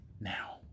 now